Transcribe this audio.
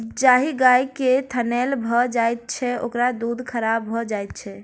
जाहि गाय के थनैल भ जाइत छै, ओकर दूध खराब भ जाइत छै